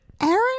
Aaron